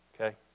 Okay